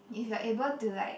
if you're able to like